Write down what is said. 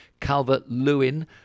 Calvert-Lewin